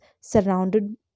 surrounded